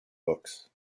books